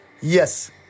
Yes